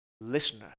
listener